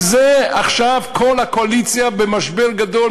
על זה עכשיו כל הקואליציה במשבר גדול,